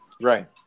Right